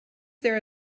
there